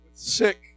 Sick